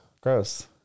Gross